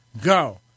Go